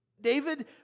David